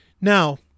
Now